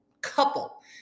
couple